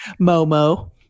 Momo